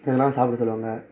இதல்லாம் சாப்பிட சொல்வாங்க